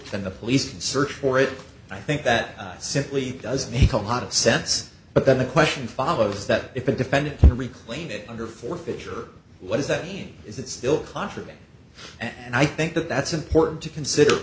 then the police can search for it i think that simply does make a lot of sense but then the question follows that if a defendant can reclaim it under forfeiture what does that mean is it still contraband and i think that that's important to consider